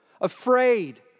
afraid